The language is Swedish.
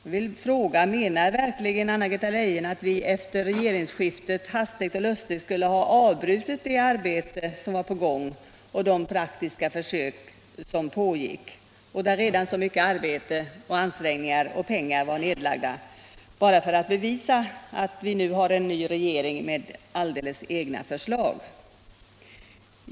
Jag vill fråga: Menar verkligen Anna-Greta Leijon att vi efter regeringsskiftet hastigt och lustigt skulle ha avbrutit det arbete och de praktiska försök som pågick och där redan så mycket arbete, ansträngningar och pengar var nedlagda bara för att visa att vi nu har en ny regering med alldeles egna förslag?